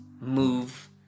move